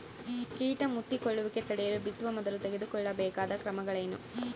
ಕೇಟ ಮುತ್ತಿಕೊಳ್ಳುವಿಕೆ ತಡೆಯಲು ಬಿತ್ತುವ ಮೊದಲು ತೆಗೆದುಕೊಳ್ಳಬೇಕಾದ ಕ್ರಮಗಳೇನು?